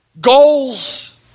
goals